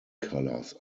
colours